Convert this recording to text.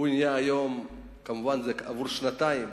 והיום זה עבור שנתיים,